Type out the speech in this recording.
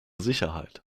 sicherheit